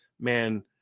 man